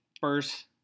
first